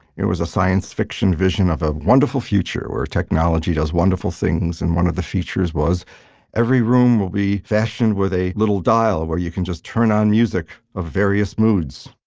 it was a science fiction vision of a wonderful future where technology does wonderful things. and one of the features was every room will be fashioned with a little dial where you can just turn on music of various moods.